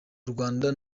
rwanda